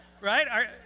right